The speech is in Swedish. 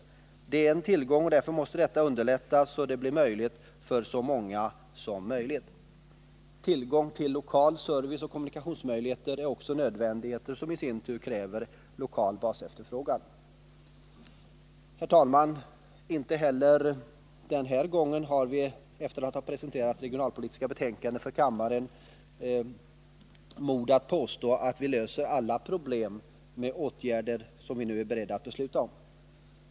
Det är en tillgång, och därför måste detta underlättas så att det blir möjligt för så många som möjligt. Tillgång till lokal service och kommunikationsmöjligheter är också nödvändigheter som i sin tur kräver lokal basefterfrågan. Herr talman! Inte heller den här gången har vi efter att ha presenterat det regionalpolitiska betänkandet för kammaren mod att påstå att vi löser alla problem med åtgärder som vi nu är beredda att besluta om.